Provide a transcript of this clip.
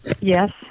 yes